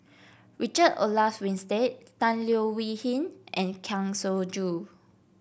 Richard Olaf Winstedt Tan Leo Wee Hin and Kang Siong Joo